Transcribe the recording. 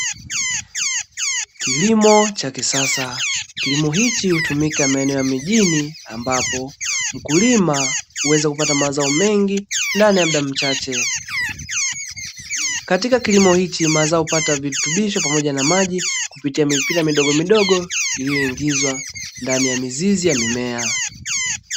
Kilimo cha kisasa, kilimo hichi hutumika maeneo ya mijini ambapo mkulima huweza kupata mazao mengi ndani ya muda mchache. Katika kilimo hichi mazao hupata virutubisho pamoja na maji, kupitia mipira midogomidogo iliyoingizwa ndani ya mizizi ya mimea.